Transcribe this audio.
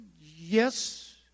yes